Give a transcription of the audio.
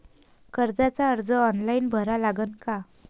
कर्जाचा अर्ज ऑनलाईन भरा लागन का?